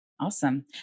Awesome